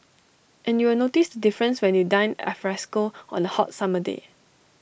and you will notice the difference when you dine alfresco on A hot summer day